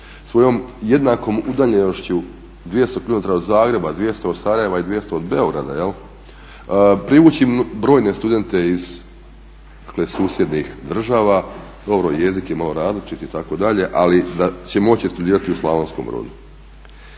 svojom jednakom udaljenošću 200 km od Zagreba, 200 od Sarajeva i 200 od Beograda, privući brojne studente iz dakle susjednih država. Dobro, jezik je malo različit itd., ali da će moći studirati u Slavonskom Brodu.